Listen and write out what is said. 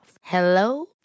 Hello